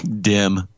dim